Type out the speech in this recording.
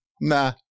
nah